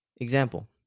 Example